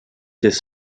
des